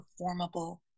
performable